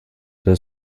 der